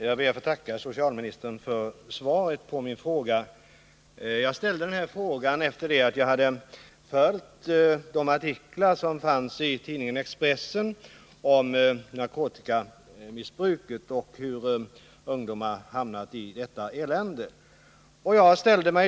Fru talman! Jag ber att få tacka socialministern för svaret på min fråga. Jagställde frågan efter det att jag hade läst de artiklar som fanns i tidningen Expressen om narkotikamissbruket och om hur ungdomar hamnat i detta elände.